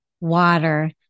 water